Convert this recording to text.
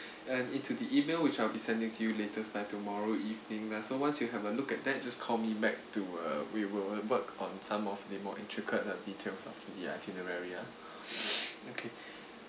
uh into the email which I'll be sending to you latest by tomorrow evening lah so once you have a look at that just call me back to uh we will work on some of the more intricate details of the itinerary ah okay